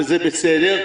וזה בסדר,